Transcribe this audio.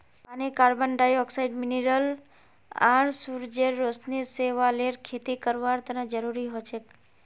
पानी carbon dioxide mineral आर सूरजेर रोशनी शैवालेर खेती करवार तने जरुरी हछेक